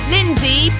Lindsay